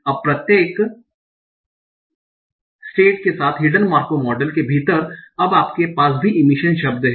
अब प्रत्येक स्टेट के साथ हिड्न मार्कोव मॉडल के भीतर अब आपके पास भी इमिशन शब्द है